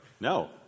No